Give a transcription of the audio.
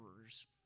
errors